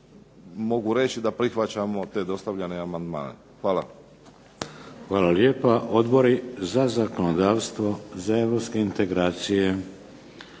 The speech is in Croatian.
mogu reći da prihvaćamo te dostavljene amandmane. Hvala.